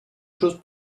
chose